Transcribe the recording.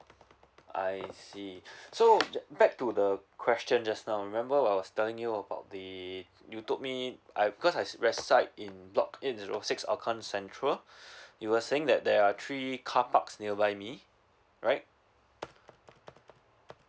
I see so back to the question just now remember I was telling you about the you told me I because I rest side in block eight zero six hougang central you were saying that there are three carparks nearby me right